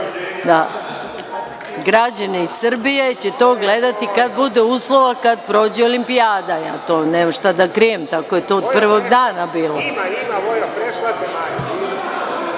Srbije će to gledati kad bude uslova, kad prođe Olimpijada. To nemam šta da krijem. Tako je to od prvog dana bilo.